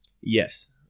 yes